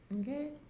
Okay